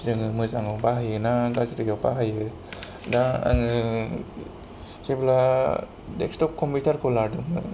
जोङो मोजाङाव बाहायोना गाज्रियाव बाहायो दा आङो जेब्ला डेक्सट'प कम्पिउटारखौ लादोंमोन